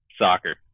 Soccer